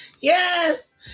Yes